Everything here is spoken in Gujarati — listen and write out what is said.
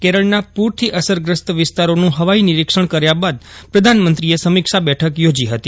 કેરળના પૂરથી અસરગ્રસ્ત વિસ્તારોનું હવાઇ નિરીક્ષપ્ન કર્યા બાદ પ્રધાનમંત્રીએ સમીશા બેઠક યોજી હતી